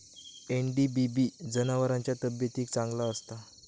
NDBB जनावरांच्या तब्येतीक चांगला असता